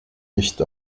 licht